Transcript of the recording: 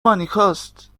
مانیکاست